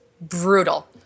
brutal